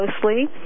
closely